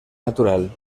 natural